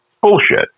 bullshit